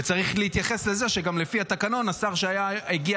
וצריך להתייחס גם לזה שלפי התקנון השר שהגיע